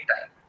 time